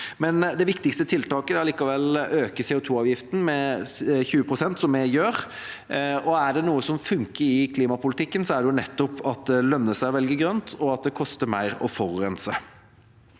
Det viktigste tiltaket er allikevel å øke CO2avgiften med 20 pst., som vi gjør. Er det noe som funker i klimapolitikken, er det nettopp at det lønner seg å velge grønt og koster mer å forurense.